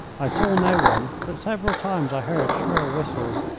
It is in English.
i saw no one, but several times i heard shrill whistles,